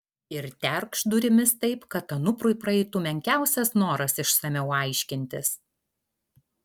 ir terkšt durimis taip kad anuprui praeitų menkiausias noras išsamiau aiškintis